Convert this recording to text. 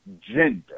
gender